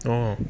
orh